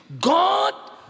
God